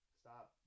Stop